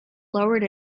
lowered